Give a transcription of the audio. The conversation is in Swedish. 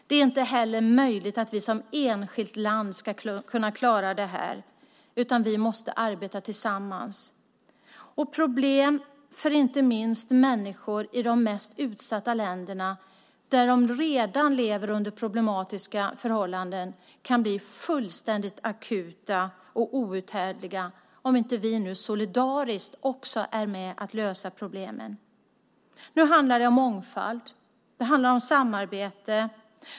Det är inte heller möjligt att vi som enskilt land ska klara det här, utan vi måste arbeta tillsammans. Problem för inte minst människor i de mest utsatta länderna, där man redan lever under problematiska förhållanden, kan bli fullständigt akuta och outhärdliga om vi inte nu solidariskt är med och löser problemen. Nu handlar det om mångfald. Det handlar om samarbete.